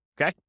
Okay